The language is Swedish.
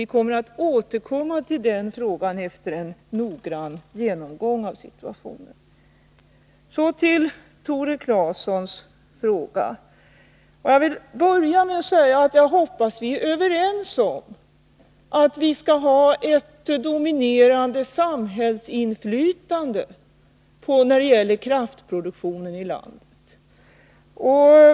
Vi skall återkomma till dessa frågor efter en noggrann genomgång av situationen. Så till Tore Claesons fråga. Jag vill börja med att säga att jag hoppas att vi är överens om att vi skall ha ett dominerande samhällsinflytande på kraftproduktionen i landet.